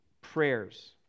prayers